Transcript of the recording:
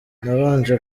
nabanje